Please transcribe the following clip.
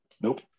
Nope